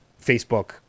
Facebook